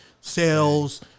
sales